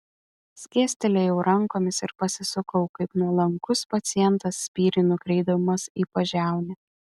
skėstelėjau rankomis ir pasisukau kaip nuolankus pacientas spyrį nukreipdamas į pažiaunę